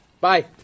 bye